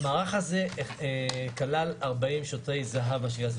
המערך הזה כלל 40 שוטרי זה"ב.